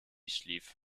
schlief